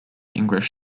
english